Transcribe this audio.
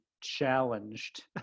challenged